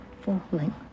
falling